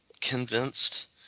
convinced